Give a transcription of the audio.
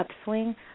upswing